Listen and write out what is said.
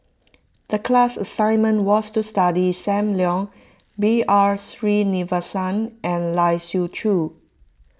the class assignment was to study Sam Leong B R Sreenivasan and Lai Siu Chiu